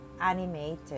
animated